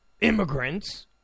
immigrants